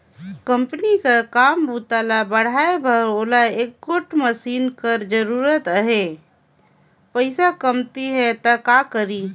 Company कर काम बूता ल बढ़ाए बर ओला एगोट मसीन कर जरूरत अहे, पइसा कमती हे त का करी?